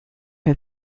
have